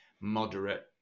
moderate